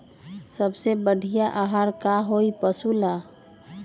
सबसे बढ़िया आहार का होई पशु ला?